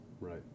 Right